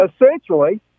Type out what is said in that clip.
Essentially